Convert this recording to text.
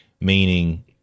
Meaning